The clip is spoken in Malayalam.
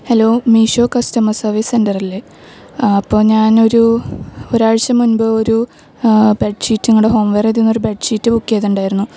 ഹലോ മീഷോ കസ്റ്റമർ സർവീസ് സെൻറ്ററല്ലെ അപ്പം ഞാനൊരു ഒരാഴ്ച മുൻപ് ഒരു ബെഡ്ഷീറ്റ് നിങ്ങളുടെ ഹോം വെയർ ഇതിൽ നിന്ന് ഒര് ബെഡ്ഷീറ്റ് ബുക്ക് ചെയ്തിട്ടുണ്ടായിരുന്നു